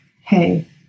Hey